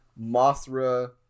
Mothra